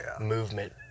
movement